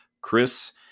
Chris